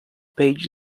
page